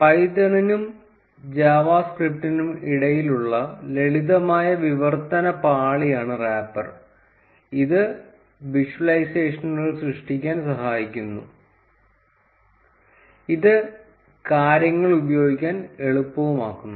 പൈത്തണിനും ജാവാസ്ക്രിപ്റ്റിനും ഇടയിലുള്ള ലളിതമായ വിവർത്തന പാളിയാണ് റാപ്പർ ഇത് വിഷ്വലൈസേഷനുകൾ സൃഷ്ടിക്കാൻ സഹായിക്കുന്നു ഇത് കാര്യങ്ങൾ ഉപയോഗിക്കാൻ എളുപ്പമാക്കുന്നു